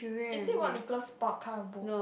is it what Nicholas-Spark kind of book